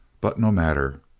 but no matter.